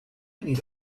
need